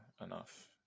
enough